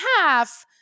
half –